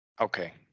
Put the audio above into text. Okay